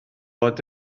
fod